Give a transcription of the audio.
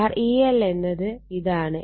R e1 എന്നത് ഇതാണ്